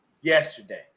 yesterday